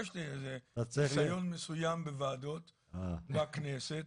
יש לי ניסיון מסוים בוועדות בכנסת.